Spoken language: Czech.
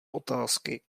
otázky